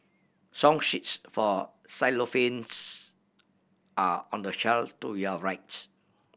song sheets for xylophones are on the shelf to your right